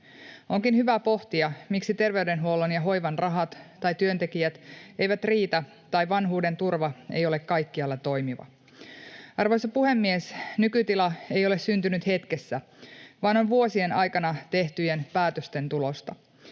Onkin hyvä pohtia, miksi terveydenhuollon ja hoivan rahat tai työntekijät eivät riitä tai vanhuuden turva ei ole kaikkialla toimiva. Arvoisa puhemies! Nykytila ei ole syntynyt hetkessä vaan on vuosien aikana tehtyjen päätösten tulosta.